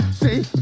see